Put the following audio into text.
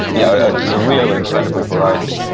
yeah, just a real incredible variety.